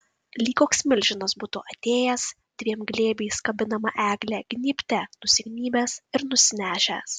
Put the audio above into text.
lyg koks milžinas būtų atėjęs dviem glėbiais kabinamą eglę gnybte nusignybęs ir nusinešęs